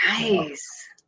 Nice